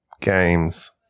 games